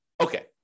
Okay